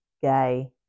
Gay